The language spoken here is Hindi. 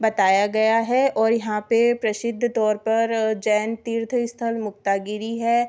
बताया गया है और यहाँ पर प्रसिद्ध तौर पर जैन तीर्थ स्थल मुक्तागिरी है